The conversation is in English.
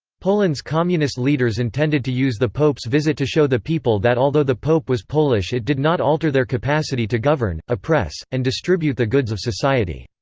poland's communist leaders intended to use the pope's visit to show the people that although the pope was polish it did not alter their capacity to govern, oppress, and distribute the goods of society.